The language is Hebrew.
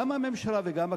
גם הממשלה וגם הכנסת,